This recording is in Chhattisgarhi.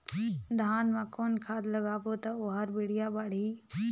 धान मा कौन खाद लगाबो ता ओहार बेडिया बाणही?